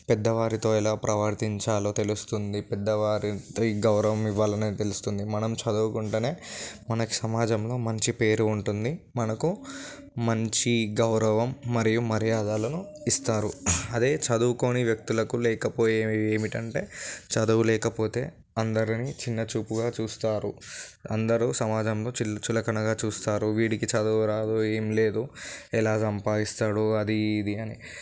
పెద్దవారితో ఎలా ప్రవర్తించాలో తెలుస్తుంది పెద్దవారికి గౌరవం ఇవ్వాలని తెలుస్తుంది మనం చదువుకుంటేనే మనకి సమాజంలో మంచి పేరు ఉంటుంది మనకు మంచి గౌరవం మరియు మర్యాదలను ఇస్తారు అదే చదువుకోని వ్యక్తులకు లేకపోయేవి ఏమిటంటే చదువు లేకపోతే అందరిని చిన్న చూపుగా చూస్తారు అందరూ సమాజంలో చులు చులకనగా చూస్తారు వీడికి చదువు రాదు ఏం లేదు ఎలా సంపాదిస్తాడో అది ఇది అని